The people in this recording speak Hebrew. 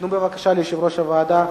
תנו בבקשה ליושב-ראש הוועדה לדבר.